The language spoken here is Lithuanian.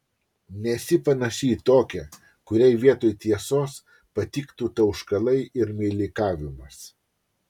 nesi panaši į tokią kuriai vietoj tiesos patiktų tauškalai ir meilikavimas